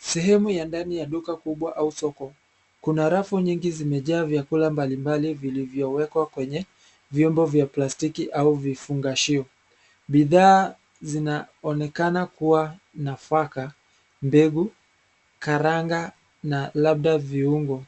Sehemu ya ndani ya duka kubwa au soko kuna rafu nyingi zimejaa vyakula mbalimbali vilivyowekwa kwenye vyombo vya plastiki au vifungashio. Bidhaa zinaonekana kuwa nafaka ,mbegu, karanga na labda viungo.